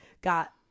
got